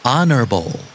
Honorable